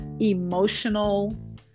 emotional